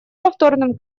повторным